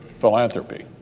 philanthropy